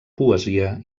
poesia